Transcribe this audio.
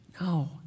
No